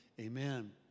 amen